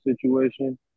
situation